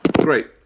great